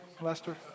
Lester